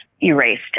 Erased